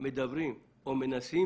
מנסים